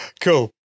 Cool